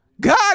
God